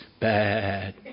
bad